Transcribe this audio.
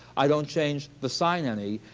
i don't change the sine any.